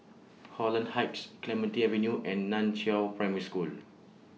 Holland Heights Clementi Avenue and NAN Chiau Primary School